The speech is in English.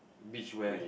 beach wear